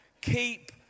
Keep